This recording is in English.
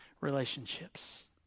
relationships